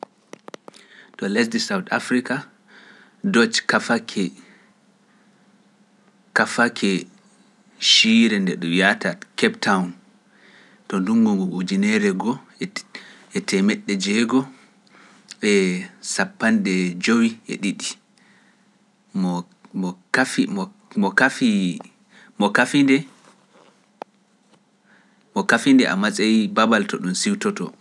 To lesdi South Afrika, Doche Kafake, Kafake siire nde ɗum wiyata Keptown, to ndungungu ujunere ngo e temedde jeego e sappande jowi e ɗiɗi, mo Kafinde Amasayi Babal to ɗum siwtoto.